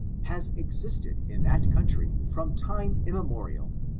has existed in that country from time immemorial.